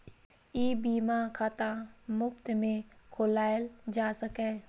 ई बीमा खाता मुफ्त मे खोलाएल जा सकैए